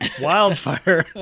Wildfire